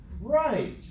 right